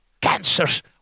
cancers